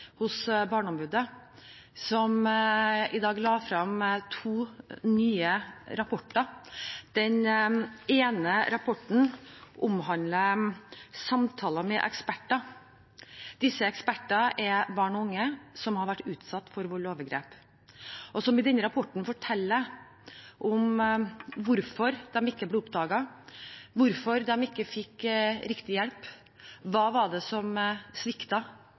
Barneombudet, som la frem to nye rapporter. Den ene rapporten omhandler samtaler med eksperter. Disse ekspertene er barn og unge som har vært utsatt for vold og overgrep, og som i denne rapporten forteller om hvorfor det ikke ble oppdaget, hvorfor de ikke fikk riktig hjelp, hva det var som sviktet, og hvilken hjelp som